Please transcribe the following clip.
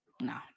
no